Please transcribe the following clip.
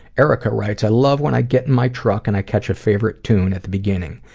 erica writes i love when i get in my truck and i catch a favorite tune at the beginning,